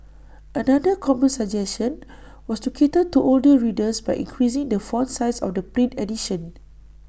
another common suggestion was to cater to older readers by increasing the font size of the print edition